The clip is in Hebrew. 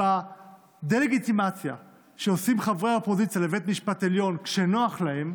אשר בדה-לגיטימציה שעושים חברי האופוזיציה לבית המשפט העליון כשנוח להם,